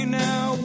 now